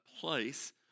place